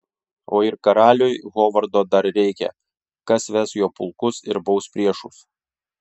o ir karaliui hovardo dar reikia kas ves jo pulkus ir baus priešus